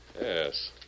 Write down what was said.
Yes